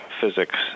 physics